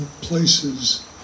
places